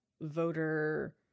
voter